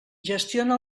gestiona